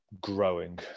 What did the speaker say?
growing